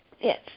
Yes